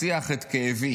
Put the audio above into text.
משיח את כאבי